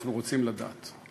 אנחנו רוצים לדעת.